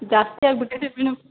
ಜಾಸ್ತಿ ಆಗ್ಬಿಟೈತೆ ಮೇಡಮ್